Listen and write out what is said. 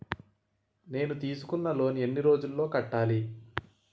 నేను తీసుకున్న లోన్ నీ ఎన్ని రోజుల్లో కట్టాలి?